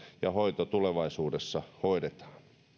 ja hoito tulevaisuudessa hoidetaan